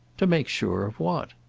to make sure of what?